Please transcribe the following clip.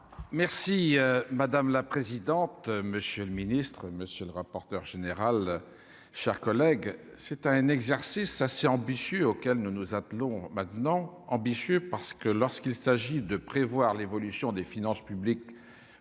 Merci madame la présidente, monsieur le ministre, monsieur le rapporteur général, chers collègues, c'est un exercice assez ambitieux auquel nous nous attelons maintenant ambitieux parce que lorsqu'il s'agit de prévoir l'évolution des finances publiques